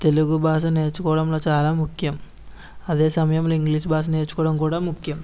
తెలుగు భాష నేర్చుకోవడంలో చాలా ముఖ్యం అదే సమయంలో ఇంగ్లీష్ భాష నేర్చుకోవడం కూడా ముఖ్యం